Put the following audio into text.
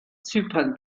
zypern